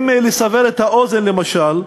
אם לסבר את האוזן, למשל,